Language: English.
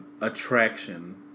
attraction